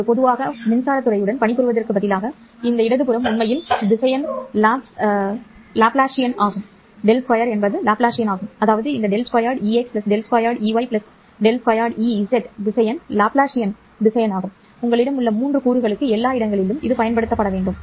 ஒரு பொதுவான மின்சாரத் துறையுடன் பணிபுரிவதற்குப் பதிலாக இந்த இடது புறம் உண்மையில் திசையன் லாப்லாசியன் ஆகும் அதாவது இந்த ∇2Ex E2Ey E2Ez திசையன் லேப்லாசியன் உங்களிடம் உள்ள மூன்று கூறுகளுக்கு எல்லா இடங்களிலும் பயன்படுத்தப்பட வேண்டும்